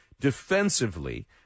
defensively